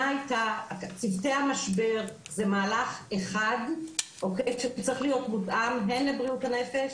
צוותי המשבר זה מהלך אחד שצריך להיות מותאם הן לבריאות הנפש